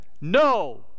no